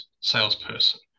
salesperson